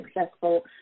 successful